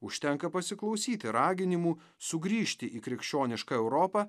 užtenka pasiklausyti raginimų sugrįžti į krikščionišką europą